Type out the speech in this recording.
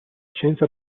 scienza